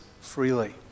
freely